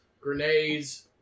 grenades